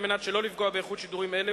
על מנת שלא לפגוע באיכות שידורים אלה,